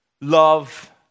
love